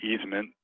easement